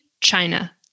China